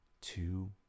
two